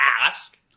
ask